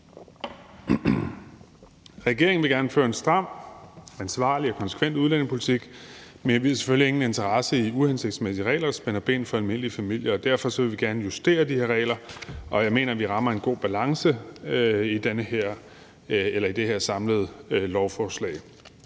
Regeringen vil gerne føre en stram, ansvarlig og konsekvent udlændingepolitik, men vi har selvfølgelig ingen interesse i uhensigtsmæssige regler, der spænder ben for almindelige familier. Derfor vil vi gerne justere de her regler, og jeg mener, vi rammer en god balance med det her samlede lovforslag.